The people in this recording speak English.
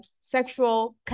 sexual